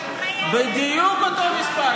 בדיוק אותו מספר,